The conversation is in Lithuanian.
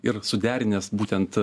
ir suderinęs būtent